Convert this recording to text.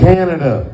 Canada